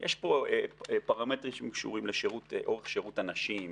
יש פה פרמטרים שקשורים לאורך שירות הנשים,